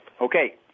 Okay